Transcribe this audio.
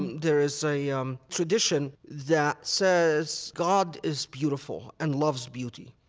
there is a um tradition that says god is beautiful and loves beauty.